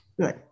Good